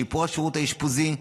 שיפור השירות האשפוזי,